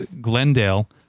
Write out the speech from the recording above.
glendale